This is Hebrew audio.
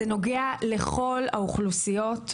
זה נוגע לכל האוכלוסיות,